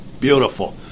Beautiful